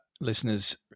listeners